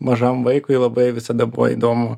mažam vaikui labai visada buvo įdomu